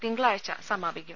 തിങ്കളാഴ്ച സമാപിക്കും